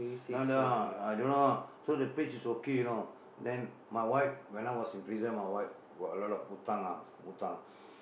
now the uh I don't know ah so the place is okay you know then my wife when I was in prison my wife got a lot of hutang ah some hutang